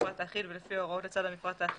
המפרט האחיד ולפי ההוראות לצד המפרט האחיד,